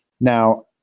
Now